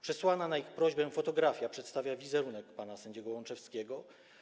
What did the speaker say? Przesłana na ich prośbę fotografia przedstawiała wizerunek pana sędziego Łączewskiego.